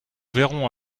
verrons